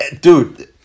Dude